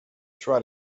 try